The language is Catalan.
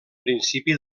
principi